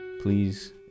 please